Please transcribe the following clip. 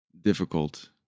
Difficult